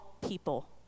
people